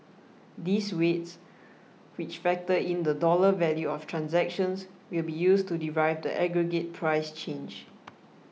these weights which factor in the dollar value of transactions will be used to derive the aggregate price change